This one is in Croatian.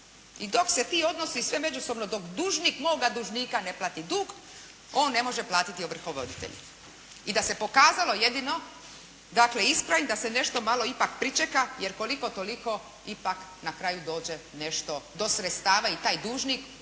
I dok se ti odnosi i sve međusobno, dok dužnik moga dužnika ne plati dug on ne može platiti ovrhovoditelje i da se pokazalo jedino dakle ispravnim da se nešto malo ipak pričeka jer koliko toliko ipak na kraju dođe nešto do sredstava i taj dužnik, ovršenik